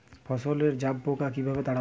ফসলে জাবপোকা কিভাবে তাড়াব?